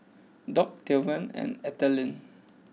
Dock Tillman and Ethelyn